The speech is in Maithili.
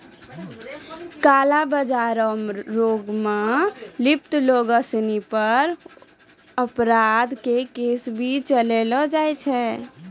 काला बाजार रो काम मे लिप्त लोग सिनी पर अपराध के केस भी चलैलो जाय छै